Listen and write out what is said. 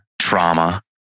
trauma